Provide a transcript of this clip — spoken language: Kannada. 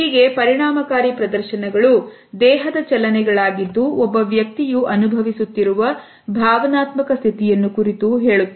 ಹೀಗೆ ಪರಿಣಾಮಕಾರಿ ಪ್ರದರ್ಶನಗಳು ದೇಹದ ಚಲನೆ ಗಳಾಗಿದ್ದು ಒಬ್ಬ ವ್ಯಕ್ತಿಯು ಅನುಭವಿಸುತ್ತಿರುವ ಭಾವನಾತ್ಮಕ ಸ್ಥಿತಿಯನ್ನು ಕುರಿತು ಹೇಳುತ್ತದೆ